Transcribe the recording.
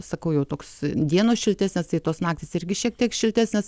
sakau jau toks dienos šiltesnės tai tos naktys irgi šiek tiek šiltesnės